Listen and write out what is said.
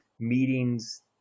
meetings